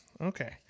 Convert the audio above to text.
Okay